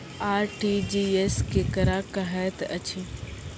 RTGS केकरा कहैत अछि?